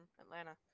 Atlanta